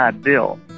Bill